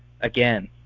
again